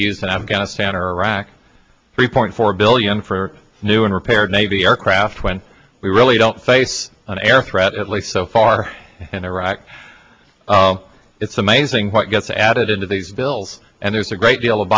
use afghanistan or iraq three point four billion for new and repair navy aircraft when we really don't face an air threat at least so far in iraq it's amazing what gets added into these bills and there's a great deal of